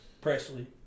Presley